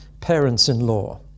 parents-in-law